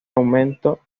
aumento